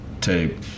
tape